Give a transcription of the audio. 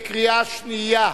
קריאה שנייה.